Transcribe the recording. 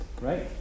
right